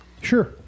Sure